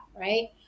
right